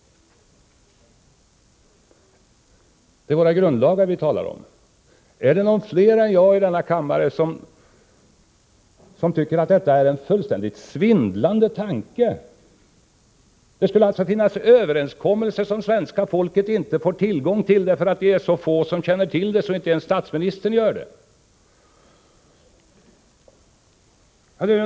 Vi talar nu alltså om våra grundlagar. Är det någon mer än jag i denna kammare som tycker att det är en fullständigt svindlande tanke, att det skulle finnas överenskommelser som svenska folket inte får tillgång till och att det är så få som känner till dem att inte ens statsministern gör det?